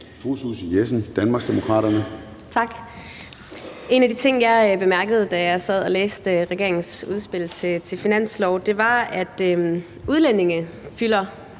Susie Jessen (DD): Tak. En af de ting, jeg bemærkede, da jeg sad og læste regeringens udspil til finanslov, var, at udlændinge nærmest